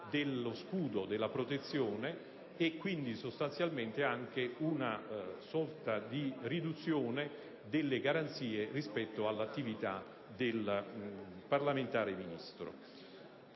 dello scudo, della protezione e quindi sostanzialmente anche una sorta di riduzione delle garanzie rispetto all'attività del parlamentare-ministro.